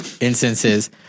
instances